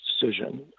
decision